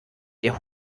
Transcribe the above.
der